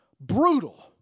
brutal